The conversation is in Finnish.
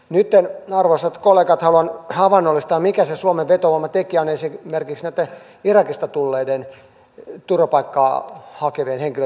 nyt arvoisat kollegat haluan havainnollistaa mikä se suomen vetovoimatekijä on esimerkiksi näitten irakista tulleiden turvapaikkaa hakevien henkilöitten osalta